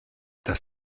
dass